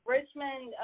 Richmond